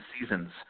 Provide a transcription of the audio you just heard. seasons